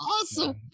awesome